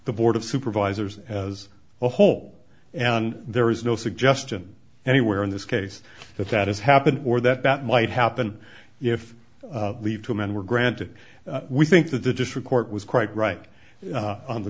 the board of supervisors as a whole and there is no suggestion anywhere in this case that that has happened or that that might happen if i leave two men were granted we think that the district court was quite right on the